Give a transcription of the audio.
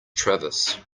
travis